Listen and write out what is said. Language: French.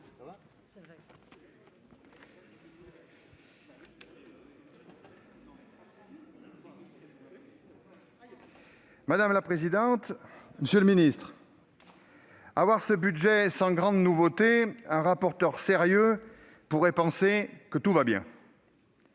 Madame la présidente, monsieur le ministre, mes chers collègues, à voir ce budget sans grande nouveauté, un rapporteur sérieux pourrait penser que tout va bien